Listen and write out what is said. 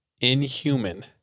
inhuman